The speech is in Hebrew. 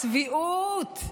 הצביעות,